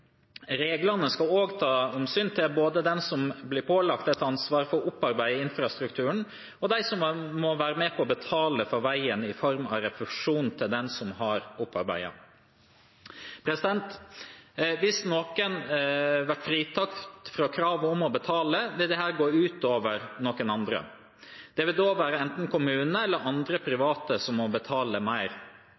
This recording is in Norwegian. Reglene skal også ta hensyn både til den som blir pålagt et ansvar for å opparbeide infrastrukturen, og til den som må være med på å betale for veien i form av refusjon til den som har opparbeidet. Hvis noen blir fritatt fra kravet om å betale, vil dette gå ut over noen andre. Det vil da være enten kommunen eller andre, private, som må betale mer.